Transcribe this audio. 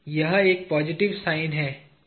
यह एक positive sign है